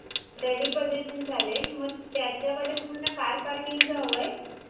ready possession चालेल मग त्याच्याकडे तुम्हाला कार पार्किंगचं हवं आहे